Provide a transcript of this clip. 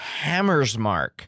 Hammersmark